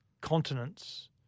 continents